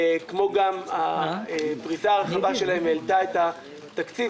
כמו גם הפריסה הרחבה שלהם העלתה את התקציב.